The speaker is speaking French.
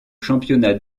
championnat